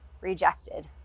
rejected